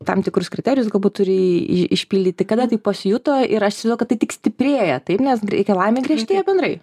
tam tikrus kriterijus galbūt turi išpildyti kada tai pasijuto ir aš įsivaizduoju kad tai tik stiprėja taip nes reikalavimai griežtėja bendrai